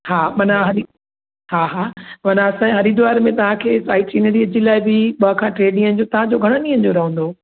हा माना हरी हा हा माना असांजे हरिद्वार में तव्हांखे साइड सीनरीअ जे लाइ बि ॿ खां टे ॾींहनि जो तव्हांजो घणनि ॾींहनि जो रहंदो